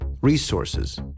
resources